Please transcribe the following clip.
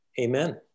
Amen